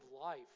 life